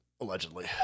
allegedly